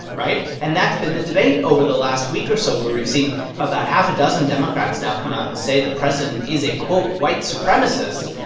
ah and that's been the debate over the last week or so, where we've seen about half a dozen democrats now come out and say the president is a, quote, white supremacist.